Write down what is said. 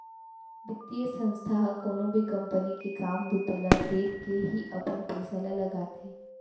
बितीय संस्था ह कोनो भी कंपनी के काम बूता ल देखके ही अपन पइसा ल लगाथे